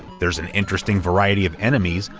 there's an interesting variety of enemies,